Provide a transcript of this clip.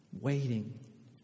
waiting